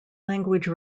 language